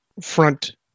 front